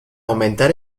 aumentar